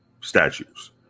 statues